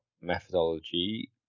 methodology